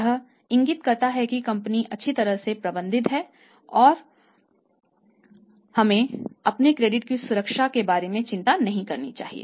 यह इंगित करता है कि कंपनी अच्छी तरह से प्रबंधित है और हमें अपने क्रेडिट की सुरक्षा के बारे में चिंता नहीं करनी चाहिए